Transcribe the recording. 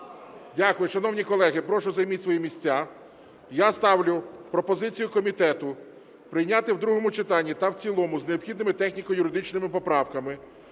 Дякую. Шановні колеги, прошу, займіть свої місця. Я ставлю пропозицію комітету прийняти в другому читанні та в цілому з необхідними техніко-юридичними поправками